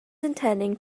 intending